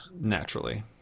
Naturally